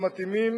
שמתאימים